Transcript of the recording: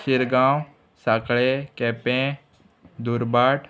Shirgaon Sankhale Quepem Durbhat